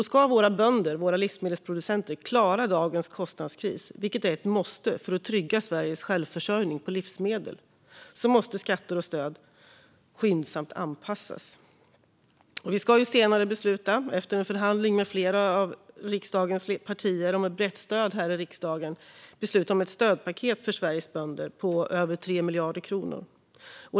Ska våra bönder, våra livsmedelsproducenter, klara dagens kostnadskris, vilket är ett måste för att trygga Sveriges självförsörjning på livsmedel, måste skatter och stöd skyndsamt anpassas. Vi ska senare, efter förhandling med flera av riksdagens partier och med brett stöd i riksdagen, besluta om ett stödpaket för Sveriges bönder på över 3 miljarder kronor.